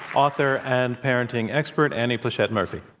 author and parenting expert annie pleshette murphy.